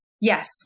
Yes